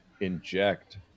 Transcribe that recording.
inject